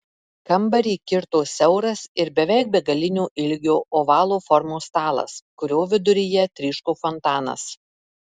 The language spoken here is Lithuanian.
kambarį kirto siauras ir beveik begalinio ilgio ovalo formos stalas kurio viduryje tryško fontanas